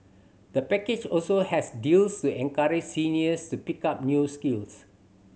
the package also has deals to encourage seniors to pick up new skills